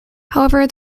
however